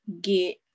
get